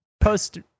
Post